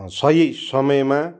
सही समयमा